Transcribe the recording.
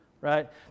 right